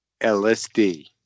LSD